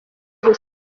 gusa